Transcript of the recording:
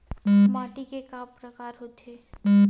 माटी के कतका प्रकार होथे?